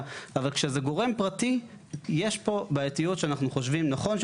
אתה עוקף